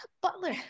butler